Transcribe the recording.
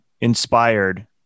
inspired